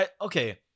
okay